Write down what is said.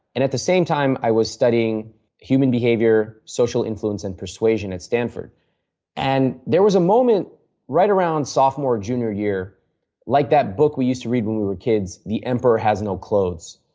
and at the same time, i was studying human behavior, social influence, and persuasion at stanford and there was a moment right around sophomore or junior year like that book we used to read when we were kids, the emperor has no clothes.